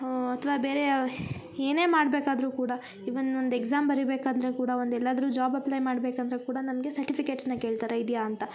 ಅಥ್ವ ಬೇರೆ ಯಾ ಏನೇ ಮಾಡ್ಬೇಕಾದರೂ ಕೂಡ ಈವನ್ ಒಂದು ಎಕ್ಸಾಮ್ ಬರಿಬೇಕಂದರೆ ಕೂಡ ಒಂದು ಎಲ್ಲಾದರೂ ಜಾಬ್ ಅಪ್ಲೈ ಮಾಡ್ಬೇಕಂದರೆ ಕೂಡ ನಮಗೆ ಸರ್ಟಿಫಿಕೇಟ್ಸ್ನ ಕೇಳ್ತಾರೆ ಇದ್ಯಾ ಅಂತ